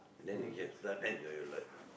then you can start enjoy your life